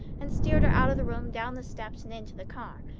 and steered her out of the room, down the steps, and into the car,